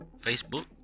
Facebook